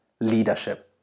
leadership